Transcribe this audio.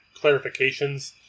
clarifications